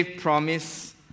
promise